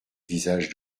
visage